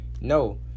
No